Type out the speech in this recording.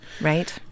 Right